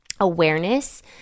awareness